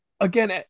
again